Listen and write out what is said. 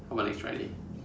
how about next Friday